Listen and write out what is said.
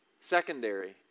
Secondary